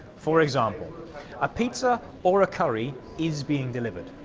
for example a pizza or a curry is being delivered.